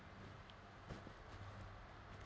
uh